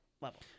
level